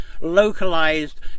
localized